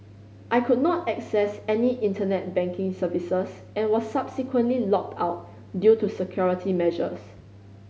I could not access any Internet banking services and was subsequently locked out due to security measures